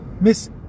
Miss